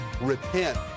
repent